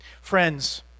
Friends